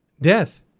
Death